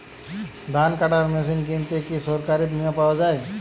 ধান কাটার মেশিন কিনতে কি সরকারী বিমা পাওয়া যায়?